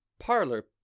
Parlor